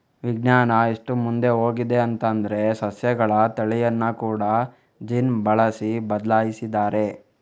ವಿಜ್ಞಾನ ಎಷ್ಟು ಮುಂದೆ ಹೋಗಿದೆ ಅಂತಂದ್ರೆ ಸಸ್ಯಗಳ ತಳಿಯನ್ನ ಕೂಡಾ ಜೀನ್ ಬಳಸಿ ಬದ್ಲಾಯಿಸಿದ್ದಾರೆ